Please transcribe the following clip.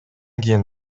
кийин